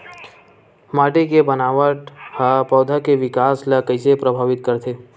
माटी के बनावट हा पौधा के विकास ला कइसे प्रभावित करथे?